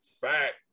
fact